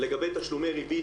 לגבי תשלומי ריבית,